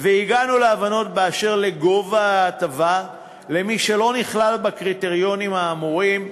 והגענו להבנות באשר לגובה ההטבה למי שלא נכלל בקריטריונים האמורים.